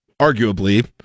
arguably